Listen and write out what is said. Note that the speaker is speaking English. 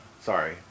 sorry